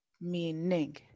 Meaning